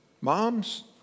Moms